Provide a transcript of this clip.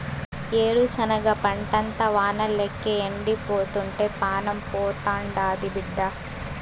ఏరుశనగ పంటంతా వానల్లేక ఎండిపోతుంటే పానం పోతాండాది బిడ్డా